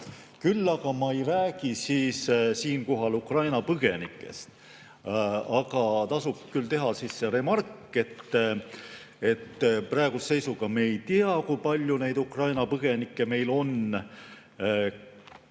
Küll aga ma ei räägi siinkohal Ukraina põgenikest. Aga tasub küll teha see remark, et praeguse seisuga me ei tea, kui palju neid Ukraina põgenikke meil on ja